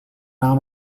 now